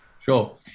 Sure